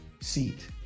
seat